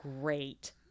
great